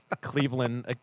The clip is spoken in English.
Cleveland